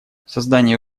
создание